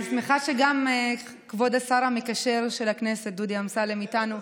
אני שמחה שגם כבוד השר המקשר של הכנסת דודי אמסלם איתנו.